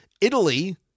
Italy